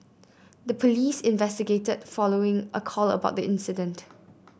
the police investigated following a call about the incident